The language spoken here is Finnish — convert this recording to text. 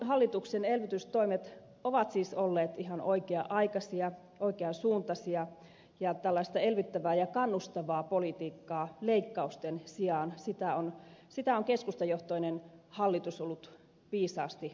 hallituksen elvytystoimet ovat siis olleet ihan oikea aikaisia oikeasuuntaisia ja tällaista elvyttävää ja kannustavaa politiikkaa leikkausten sijaan on keskustajohtoinen hallitus ollut viisaasti vetämässä